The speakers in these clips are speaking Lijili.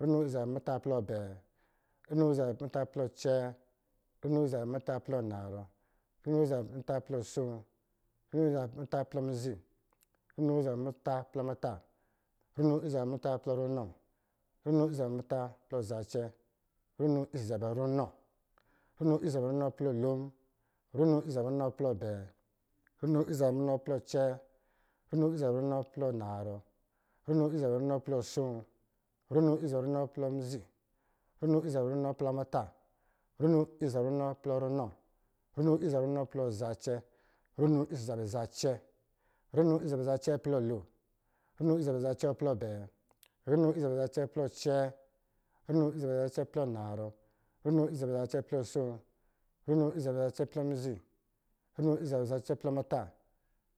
Runo ɔsɔ̄ zabɛ muta plɔ abɛɛ, runo ɔsɔ̄ zabɛ muta plɔ acɛɛ, runo ɔsɔ̄ zabɛ muta plɔ anarɔ, runo ɔsɔ̄ zabɛ muta plɔ asoo, runo ɔsɔ̄ zabɛ muta plɔ mizi, runo ɔsɔ̄ zabɛ muta plɔ muta, runo ɔsɔ̄ zabɛ muta plɔ runɔ, runo ɔsɔ̄ zabɛ muta plɔ zacɛ, runo ɔsɔ̄ zabɛ runɔ, runo ɔsɔ̄ zabɛ runɔ plɔ lon, runo ɔsɔ̄ zabɛ runɔ plɔ abɛɛ, runo ɔsɔ̄ zabɛ runɔ plɔ acɛɛ, runo ɔsɔ̄ zabɛ runɔ plɔ anarɔ, runo ɔsɔ̄ zabɛ runɔ plɔ asoo, runo ɔsɔ̄ zabɛ runɔ plɔ mizi, runo ɔsɔ̄ zabɛ runɔ plɔ muta, runo ɔsɔ̄ zabɛ runɔ plɔ runɔ, runo ɔsɔ̄ zabɛ runɔ plɔ zacɛ, runo ɔsɔ̄ zabɛ zacɛ, runo ɔsɔ̄ zabɛ zacɛ plɔ lon, runo ɔsɔ̄ zabɛ zacɛ plɔ abɛɛ, runo ɔsɔ̄ zabɛ zacɛ plɔ acɛɛ, runo ɔsɔ̄ zabɛ zacɛ plɔ anarɔ, runo ɔsɔ̄ zabɛ zacɛ plɔ asoo, runo ɔsɔ̄ zabɛ zacɛ plɔ mizi, runo ɔsɔ̄ zabɛ zacɛ plɔ muta,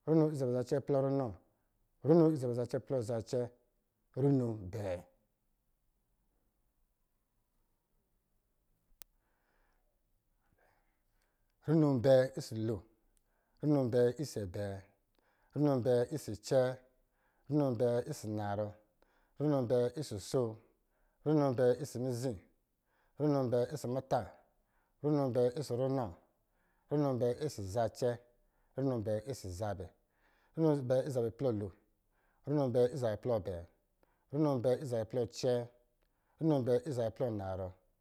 runo ɔsɔ̄ zabɛ zacɛ plɔ runɔ, runo ɔsɔ̄ zabɛ zacɛ plɔ zacɛ, runo abɛɛ, runo abɛɛ ɔsɔ̄ lon, runo abɛɛ ɔsɔ̄ abɛɛ, runo abɛɛ ɔsɔ̄ acɛɛ, runo abɛɛ ɔsɔ̄ anarɔ, runo abɛɛ ɔsɔ̄ asoo, runo abɛɛ ɔsɔ̄ mizi, runo abɛɛ ɔsɔ̄ muta, runo abɛɛ ɔsɔ̄ runɔ, runo abɛɛ ɔsɔ̄ zacɛ, runo abɛɛ ɔsɔ̄ zabɛ, runo abɛɛ ɔsɔ̄ zabɛ plɔ lon, runo abɛɛ ɔsɔ̄ zabɛ plɔ abɛɛ, runo abɛɛ ɔsɔ̄ zabɛ plɔ acɛɛ, runo abɛɛ ɔsɔ̄ zabɛ plɔ anarɔ